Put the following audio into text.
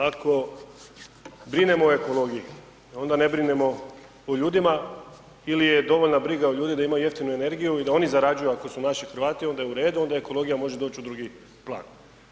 Ako brinemo o ekologiji, onda ne brinemo o ljudima ili je dovoljna briga o ljudima da imaju jeftinu energiju i da oni zarađuju ako su naši Hrvati, onda je u redu, onda ekologija može doći u drugi plan.